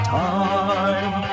time